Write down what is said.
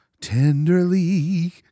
Tenderly